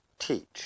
Teach